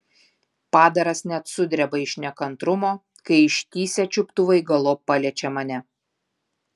padaras net sudreba iš nekantrumo kai ištįsę čiuptuvai galop paliečia mane